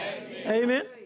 Amen